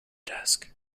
desk